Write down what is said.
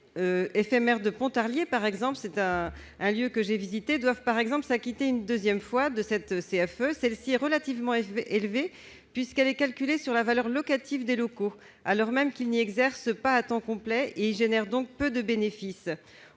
éphémère de Pontarlier, un lieu que j'ai visité. Ils doivent s'acquitter une deuxième fois de la CFE. Celle-ci est relativement élevée, puisqu'elle est calculée sur la valeur locative des locaux, alors même qu'ils n'y exercent pas à temps complet et y génèrent donc peu de bénéfices.